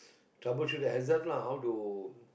troubleshoot the hazard lah how to